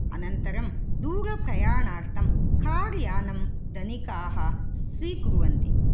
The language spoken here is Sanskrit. अनन्तरं दूरप्रयाणार्थं कार् यानं धनिकाः स्वीकुर्वन्ति